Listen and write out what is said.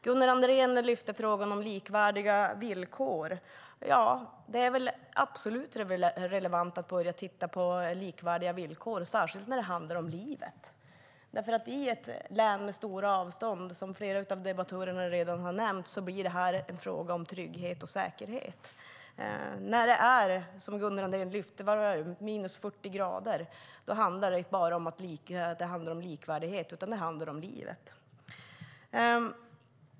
Gunnar Andrén tog upp frågan om likvärdiga villkor. Det är absolut relevant att börja titta på likvärdiga villkor, särskilt när det handlar om livet. I ett län med stora avstånd blir det här, som flera av debattörerna redan har nämnt, en fråga om trygghet och säkerhet. När det är minus 40 grader handlar det inte bara om likvärdighet utan om livet.